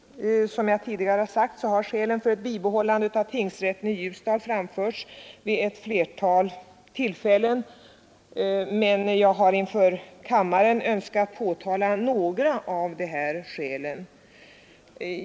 Som jag tidigare sagt har skälen för ett bibehållande av tingsrätten i Ljusdal framförts vid ett flertal tillfällen, men jag har inför kammaren önskat påpeka några av dem.